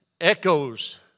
echoes